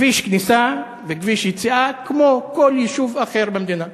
כביש כניסה וכביש יציאה כמו בכל יישוב אחר במדינה.